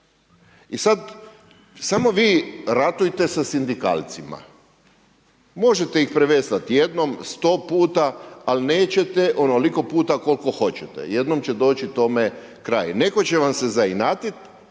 I sada, samo vi ratujte sa sindikalcima, možete ih preveslati jednom, 100 puta, ali nećete onoliko puta koliko hoćete, jednom će doći tome kraj. Netko će vam se zainatiti